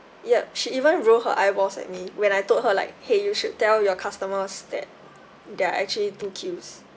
yup she even roll her eyeballs at me when I told her like !hey! you should tell your customers that there are actually two queues